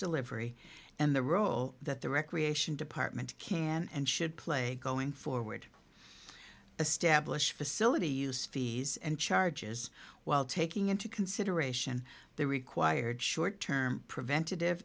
delivery and the role that the recreation department can and should play going forward established facility use fees and charges while taking into consideration the required short term preventative